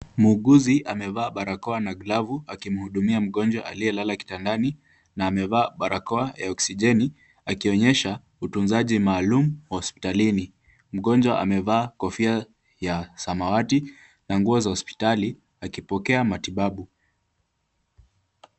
Muuguzi amevaa glavu na barakoa akimhudumia mgonjwa aliye lala kitandani na amevalia barakoa ya oksijeni ambayo inamsaidia mgonjwa. Inaashiria utunzaji maalum hospitalini. Mgonjwa amevaa kofia ya samawati na nguo za hospitali, akipokea matibabu.